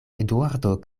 eduardo